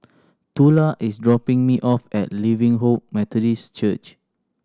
Tula is dropping me off at Living Hope Methodist Church